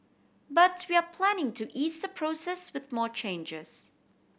but we are planning to ease the process with more changes